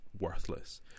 worthless